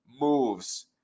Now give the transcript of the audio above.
moves